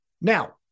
now